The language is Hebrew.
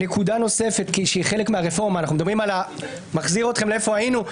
נקודה נוספת שהיא חלק מהרפורמה אני מחזיר אתכם למקום שהיינו.